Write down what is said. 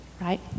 Right